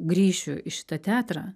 grįšiu į šitą teatrą